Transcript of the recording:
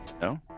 no